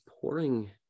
pouring